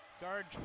Guard